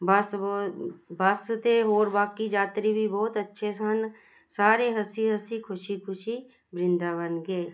ਬੱਸ ਬੋ ਬੱਸ ਅਤੇ ਹੋਰ ਬਾਕੀ ਯਾਤਰੀ ਵੀ ਬਹੁਤ ਅੱਛੇ ਸਨ ਸਾਰੇ ਹੱਸੀ ਹੱਸੀ ਖੁਸ਼ੀ ਖੁਸ਼ੀ ਬ੍ਰਿੰਦਾਵਨ ਗਏ